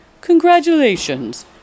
Congratulations